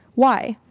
why?